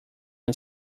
and